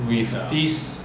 因为